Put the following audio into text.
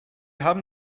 haben